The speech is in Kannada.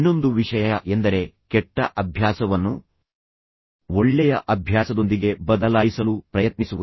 ಇನ್ನೊಂದು ವಿಷಯ ಎಂದರೆ ಕೆಟ್ಟ ಅಭ್ಯಾಸವನ್ನು ಒಳ್ಳೆಯ ಅಭ್ಯಾಸದೊಂದಿಗೆ ಬದಲಾಯಿಸಲು ಪ್ರಯತ್ನಿಸುವುದು